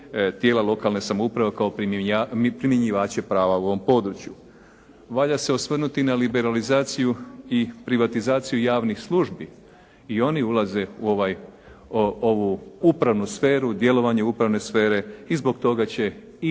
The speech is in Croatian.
tijela lokalne samouprave kao primjenjivače prava u ovom području. Valja se osvrnuti na liberalizaciju i privatizaciju javnih službi. I oni ulaze u ovaj, ovu upravnu sferu, djelovanje upravne sfere i zbog toga će i